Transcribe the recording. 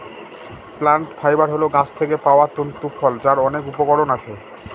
plant fibre হল গাছ থেকে পাওয়া তন্তু ফল যার অনেক উপকরণ আছে